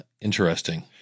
interesting